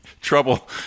trouble